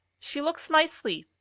she looks nicely,